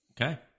Okay